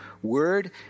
Word